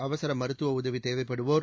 அவசர மருத்துவ உதவி தேவைப்படுவோர்